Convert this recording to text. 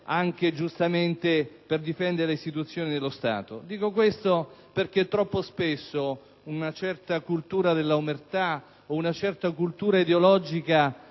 professione difendendo le istituzioni dello Stato. Dico questo perché troppo spesso una certa cultura dell'omertà, o una certa cultura ideologica,